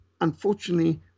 unfortunately